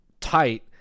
tight